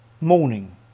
morning